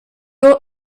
ought